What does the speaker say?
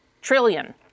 trillion